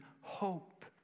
hope